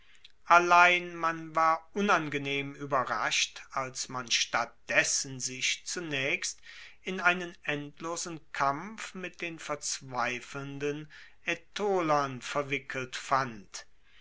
allein man war unangenehm ueberrascht als man statt dessen sich zunaechst in einen endlosen kampf mit den verzweifelnden aetolern verwickelt fand